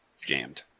jammed